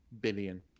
billion